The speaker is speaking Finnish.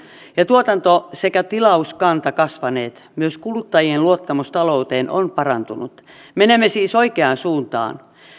ja tuotanto sekä tilauskanta ovat kasvaneet myös kuluttajien luottamus talouteen on parantunut menemme siis oikeaan suuntaan